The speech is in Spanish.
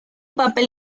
papel